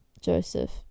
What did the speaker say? Joseph